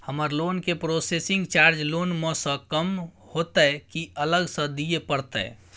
हमर लोन के processing charge loan म स कम होतै की अलग स दिए परतै?